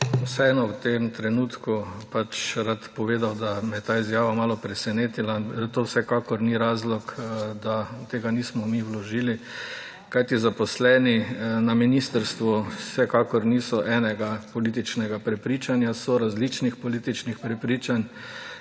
vseeno v tem trenutku rad povedal, da me je ta izjava malo presenetila. To vsekakor ni razlog, da tega nismo mi vložili, kajti zaposleni na ministrstvu vsekakor niso enega političnega prepričanja, so različnih političnih prepričanj